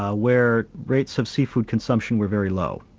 ah where rates of seafood consumption were very low.